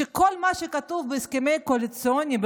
שכל מה שכתוב בהסכמים הקואליציוניים,